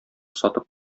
сатып